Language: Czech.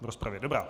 V rozpravě, dobrá.